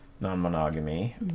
non-monogamy